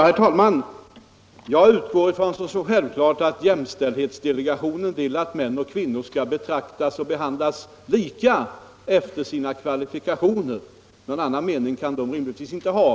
Herr talman! Jag utgår från såsom självklart att jämställdhetsdelegationen vill att män och kvinnor skall betraktas och behandlas lika efter sina kvalifikationer. Någon annan mening kan den rimligtvis inte ha.